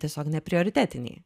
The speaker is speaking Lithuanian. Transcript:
jie tiesiog neprioritetiniai